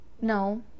No